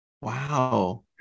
Wow